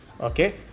okay